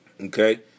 okay